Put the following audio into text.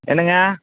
என்னங்க